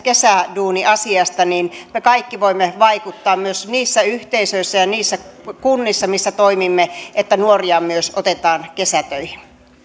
kesäduuni asiasta me kaikki voimme vaikuttaa myös niissä yhteisöissä ja niissä kunnissa missä toimimme niin että nuoria myös otetaan kesätöihin